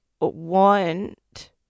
want